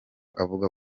avuga